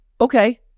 Okay